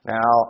Now